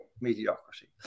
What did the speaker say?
mediocrity